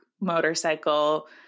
motorcycle